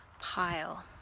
pile